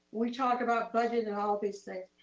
we talk about budgeting and all these things,